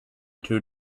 two